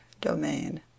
domain